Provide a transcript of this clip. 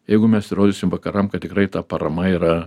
jeigu mes įrodysim vakaram kad tikrai ta parama yra